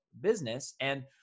business—and